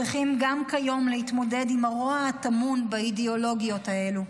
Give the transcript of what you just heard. צריכים גם כיום להתמודד עם הרוע הטמון באידאולוגיות האלה.